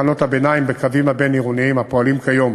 בתחנות הביניים בקווים הבין-עירוניים הפועלים כיום